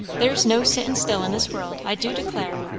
there's no sittin' still in this world, i do declare!